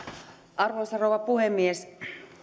arvoisa rouva puhemies